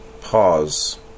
Pause